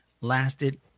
lasted